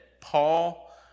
Paul